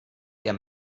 der